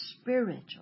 spiritual